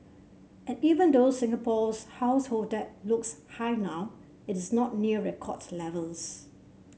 and even though Singapore's household debt looks high now it is not near record levels